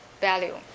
value